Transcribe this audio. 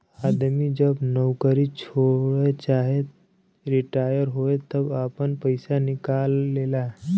आदमी जब नउकरी छोड़े चाहे रिटाअर होए तब आपन पइसा निकाल लेला